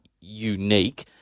unique